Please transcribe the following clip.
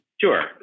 Sure